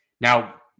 Now